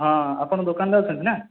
ହଁ ଆପଣ ଦୋକାନରେ ଅଛନ୍ତି ନା